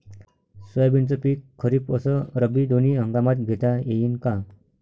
सोयाबीनचं पिक खरीप अस रब्बी दोनी हंगामात घेता येईन का?